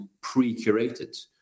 pre-curated